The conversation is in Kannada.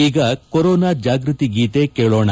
ಈಗ ಕೊರೋನಾ ಜಾಗ್ವತಿ ಗೀತೆ ಕೇಳೋಣ